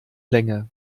länge